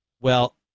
Well-